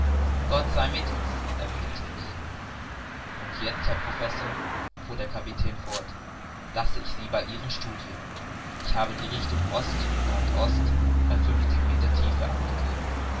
gott sei mit uns erwiderte ich und jetzt herr professor fuhr der kapitän fort lasse ich sie bei ihren studien ich habe die richtung ost nord ost bei fünfzig meter tiefe angegeben